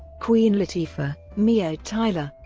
queen latifah, mia tyler,